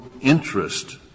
interest